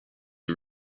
are